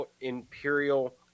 Imperial